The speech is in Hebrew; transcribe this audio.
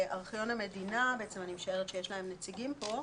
וארכיון המדינה אני משערת שיש להם נציגים פה.